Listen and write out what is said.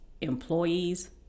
employees